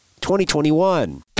2021